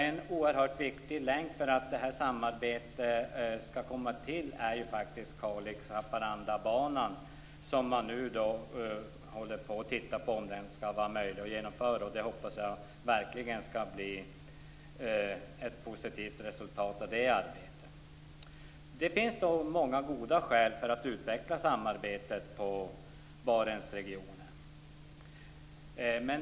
En oerhört viktig länk för att det här samarbetet skall komma till är Kalix-Haparanda-banan, och man tittar nu på om det är möjligt att genomföra den. Jag hoppas verkligen att det skall bli ett positivt resultat av det arbetet. Det finns många goda skäl för att utveckla samarbetet i Barentsregionen.